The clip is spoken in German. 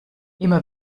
immer